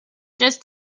just